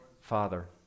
Father